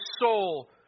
soul